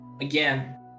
Again